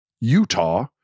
Utah